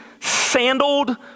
sandaled